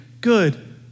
good